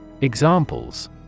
Examples